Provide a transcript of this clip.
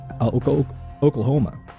Oklahoma